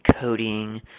coding